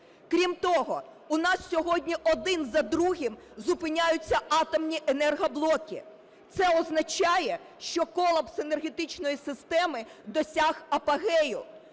Крім того, у нас сьогодні один за другим зупиняються атомні енергоблоки. Це означає, що колапс енергетичної системи досяг апогею,